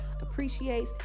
appreciates